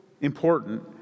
important